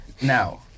Now